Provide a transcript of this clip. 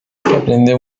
aprendió